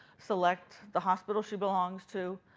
select the hospital she belongs to,